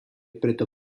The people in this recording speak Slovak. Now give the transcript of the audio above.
preto